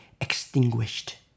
extinguished